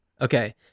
Okay